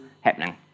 happening